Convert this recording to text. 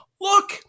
Look